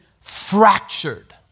fractured